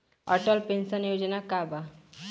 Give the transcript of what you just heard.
Atal pension योजना का बा?